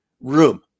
room